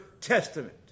testament